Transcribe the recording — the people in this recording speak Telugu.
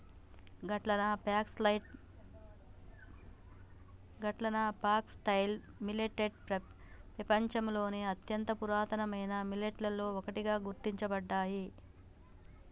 గట్లన ఫాక్సటైల్ మిల్లేట్ పెపంచంలోని అత్యంత పురాతనమైన మిల్లెట్లలో ఒకటిగా గుర్తించబడ్డాయి